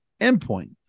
endpoint